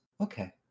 okay